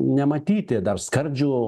nematyti dar skardžių